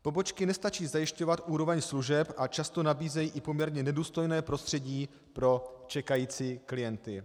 Pobočky nestačí zajišťovat úroveň služeb a často nabízejí i poměrně nedůstojné prostředí pro čekající klienty.